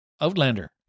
Outlander